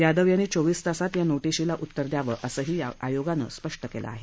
यादव यांनी चोवीस तासात या नोटीशीला उत्तर द्यावं असंही आयोगानं स्पष्ट केलं आहे